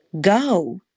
Go